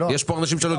יש פה אנשים שלא דיברו.